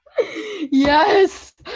Yes